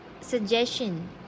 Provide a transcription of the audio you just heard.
suggestion